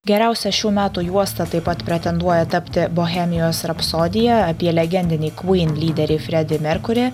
geriausia šių metų juosta taip pat pretenduoja tapti bohemijos rapsodija apie legendinį kvyn lyderį fredį merkurį